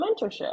mentorship